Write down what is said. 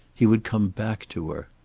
he would come back to her.